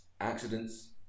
accidents